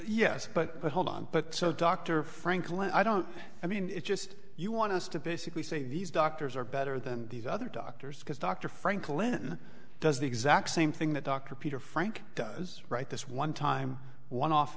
yes but hold on but so dr franklin i don't i mean it just you want us to basically say these doctors are better than these other doctors because dr franklin does the exact same thing that dr peter frank does right this one time one